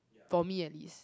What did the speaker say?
for me at least